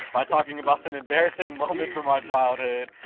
by talking about some embarassing moments from our childhood.